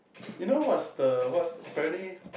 you know what's the what's apparently